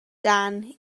dan